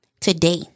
today